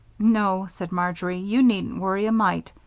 no, said marjory, you needn't worry a mite.